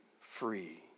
free